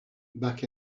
back